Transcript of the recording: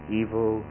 evil